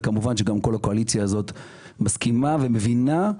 כל הקואליציה הזאת מסכימה ומבינה,